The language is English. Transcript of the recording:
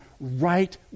right